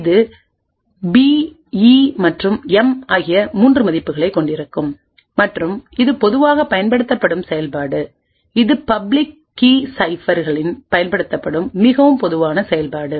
இது P E மற்றும் M ஆகிய 3 மதிப்புகளை கொண்டிருக்கும்மற்றும் இது பொதுவாக பயன்படுத்தப்படும் செயல்பாடுஇது பப்ளிக் கீ சைபர்ளின் பயன்படுத்தப்படும் மிகவும் பொதுவான செயல்பாடு